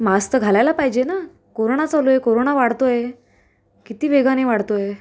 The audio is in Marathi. मास्क तर घालायला पाहिजे ना कोरोना चालू आहे कोरोना वाढतो आहे किती वेगाने वाढतो आहे